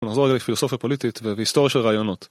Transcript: פילוסופיה פוליטית והיסטוריה של רעיונות.